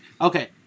Okay